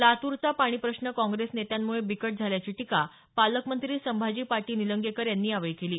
लातूरचा पाणी प्रश्न काँग्रेस नेत्यांमुळे बिकट झाल्याची टीका पालकमंत्री संभाजी पाटील निलंगेकर यांनी यावेळी केली